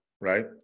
right